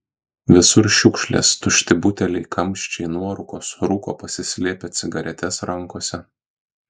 visur šiukšlės tušti buteliai kamščiai nuorūkos rūko pasislėpę cigaretes rankose